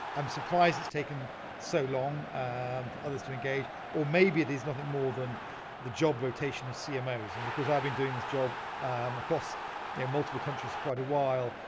i'm surprised it's taken so long for others to engage or maybe there's nothing more than the job rotation of cmo's and because i've been doing this job um across yeah multiple countries for quite awhile,